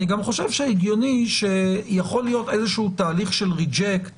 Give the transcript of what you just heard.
אני גם חושב שהגיוני שיכול להיות איזשהו תהליך של ריג'קט